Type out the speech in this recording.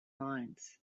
lines